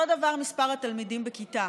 אותו דבר מספר התלמידים בכיתה.